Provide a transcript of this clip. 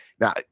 now